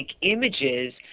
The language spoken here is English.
images